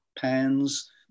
pans